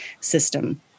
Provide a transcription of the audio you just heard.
system